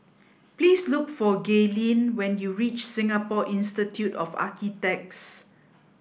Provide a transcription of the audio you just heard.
please look for Gaylene when you reach Singapore Institute of Architects